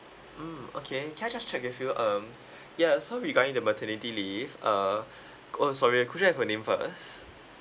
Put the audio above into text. mm okay can I just check with you um ya so regarding the maternity leave uh oh sorry could I have your name first